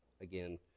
again